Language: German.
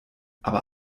aber